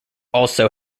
also